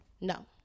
No